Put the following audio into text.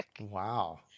Wow